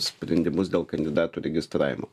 sprendimus dėl kandidatų registravimo